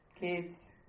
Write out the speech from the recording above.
kids